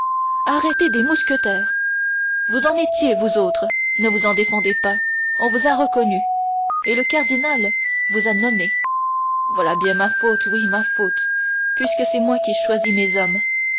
arrêter des mousquetaires vous en étiez vous autres ne vous en défendez pas on vous a reconnus et le cardinal vous a nommés voilà bien ma faute oui ma faute puisque c'est moi qui choisis mes hommes